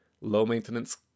low-maintenance